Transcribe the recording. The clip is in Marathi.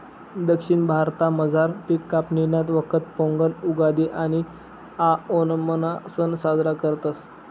दक्षिण भारतामझार पिक कापणीना वखत पोंगल, उगादि आणि आओणमना सण साजरा करतस